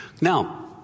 Now